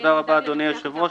תודה רבה, אדוני היושב-ראש.